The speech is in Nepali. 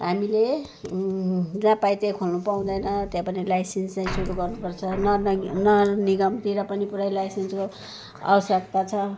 हामीले जहाँ पायो त्यही खोल्नु पाउँदैन त्यहाँ पनि लाइसेन्सै सुरु गर्नु पर्छ नगर निगमतिर पनि पुरै लाइसेन्सको आवश्यकता छ